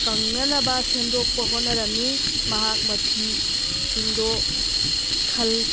ꯀꯪꯅꯅꯕ ꯁꯦꯝꯗꯣꯛꯄ ꯍꯣꯠꯅꯔꯝꯃꯤ ꯃꯍꯥꯛ ꯃꯐꯤꯁꯤꯡꯗꯣ ꯈꯟ